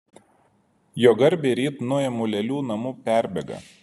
jo garbei ryt nuimu lėlių namų perbėgą